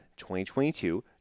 2022